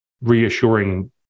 reassuring